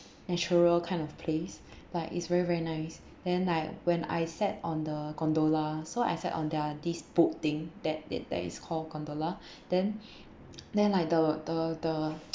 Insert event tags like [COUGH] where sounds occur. natural kind of place like it's very very nice then like when I sat on the gondola so I sat on their this boat thing that that that is called gondola [BREATH] then [BREATH] [NOISE] then like the the the